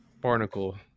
Barnacle